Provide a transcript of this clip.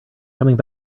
coming